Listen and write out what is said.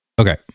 Okay